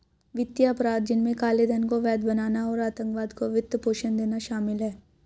वित्तीय अपराध, जिनमें काले धन को वैध बनाना और आतंकवाद को वित्त पोषण देना शामिल है